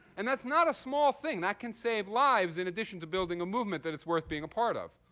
and that's not a small thing. that can save lives in addition to building a movement that it's worth being a part of.